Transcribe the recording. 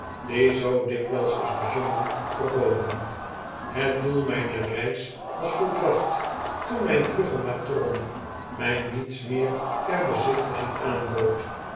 die zoo dikwijls is bezongen verboden het doel mijner reis was volbracht toen mijn vlugge matrone mij niets meer ter bezichtiging aanbood